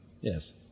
yes